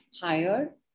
higher